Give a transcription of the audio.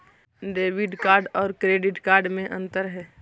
Debit card और credit card में अन्तर है?